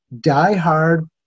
diehard